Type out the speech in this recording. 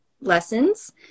lessons